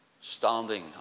standing